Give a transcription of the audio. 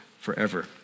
forever